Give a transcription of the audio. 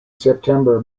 september